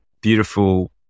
beautiful